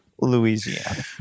Louisiana